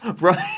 Right